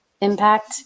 impact